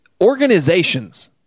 Organizations